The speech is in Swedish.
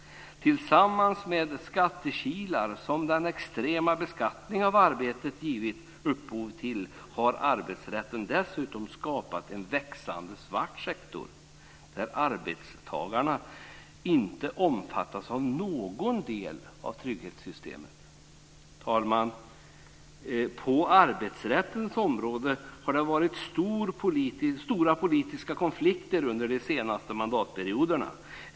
Tillsammans med de skattekilar som den extrema beskattningen av arbete gett upphov till har arbetsrätten dessutom skapat en växande svart sektor där arbetstagarna inte omfattas av någon del av trygghetssystemet. Fru talman! På arbetsrättens område har det varit stora politiska konflikter under de senaste mandatperioderna.